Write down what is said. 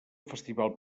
festival